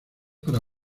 para